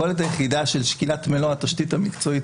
היכולת היחידה של שקילת מלוא התשתית המקצועית